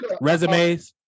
resumes